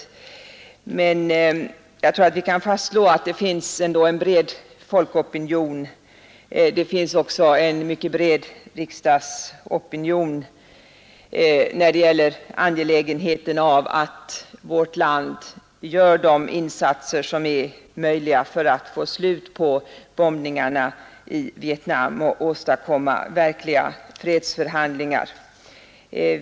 Jag beklagar detta, men jag tror ändå vi kan faststlå att det finns en bred folkopinion liksom det också finns en mycket bred riksdagsopinion när det gäller angelägenheten av att vårt land gör de insatser som är möjliga för att få slut på bombningarna i Vietnam och åstadkomma verkliga fredsförhandlingar.